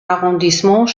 arrondissement